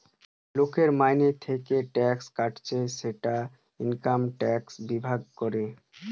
লোকের মাইনে থিকে ট্যাক্স কাটছে সেটা ইনকাম ট্যাক্স বিভাগ করে